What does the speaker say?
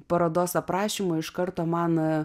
parodos aprašymo iš karto man